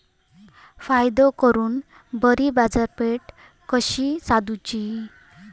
फायदो करून बरी बाजारपेठ कशी सोदुची?